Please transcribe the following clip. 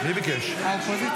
בקשו?